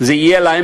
זה יהיה להם